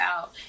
out